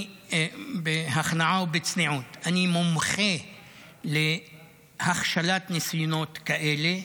בהכנעה ובצניעות, אני מומחה להכשלת ניסיונות כאלה.